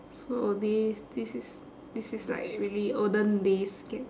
so this this is this is like really olden days game